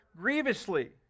grievously